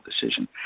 decision